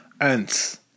Ants